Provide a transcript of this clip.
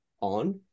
on